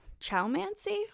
Chowmancy